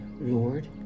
Lord